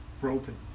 broken